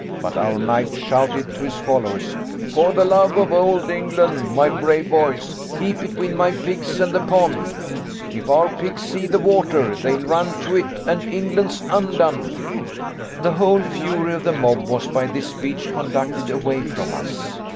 but our knight shouted to his followers for the love of old england, my brave boys, keep between my pigs and the pond if our pigs see the water, they'll run to it, and england's undone the whole fury of the mob was by this speech conducted away from us.